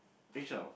Michelle